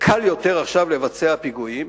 שעכשיו קל יותר לבצע פיגועים,